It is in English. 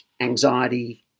anxiety